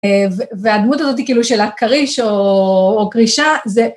והדמות הזאת כאילו של הכריש או כרישה זה...